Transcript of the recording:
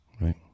right